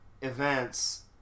events